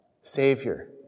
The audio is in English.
Savior